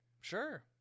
Sure